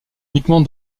uniquement